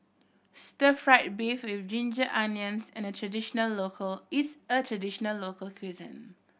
stir fried beef with ginger onions and a traditional local is a traditional local cuisine